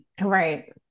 right